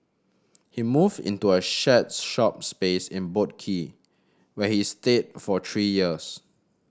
he moved into a shared shop space in Boat Quay where he stayed for three years